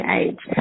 age